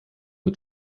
mit